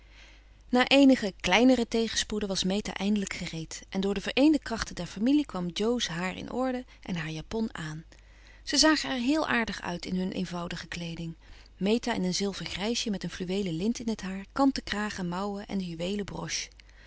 na eenige kleinere tegenspoeden was meta eindelijk gereed en door de vereende krachten der familie kwam jo's haar in orde en haar japon aan ze zagen er heel aardig uit in hun eenvoudige kleeding meta in een zilvergrijsje met een fluweelen lint in het haar kanten kraag en mouwen en de juweelen broche